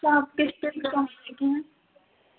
तो आप किस पे